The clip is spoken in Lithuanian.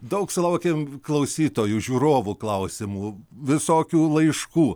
daug sulaukėm klausytojų žiūrovų klausimų visokių laiškų